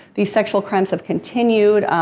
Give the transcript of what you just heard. these sexual crimes have continued.